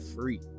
free